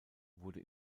wurde